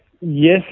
Yes